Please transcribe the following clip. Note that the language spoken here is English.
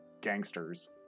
gangsters